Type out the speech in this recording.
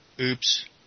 oops